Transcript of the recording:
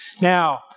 Now